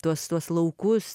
tuos tuos laukus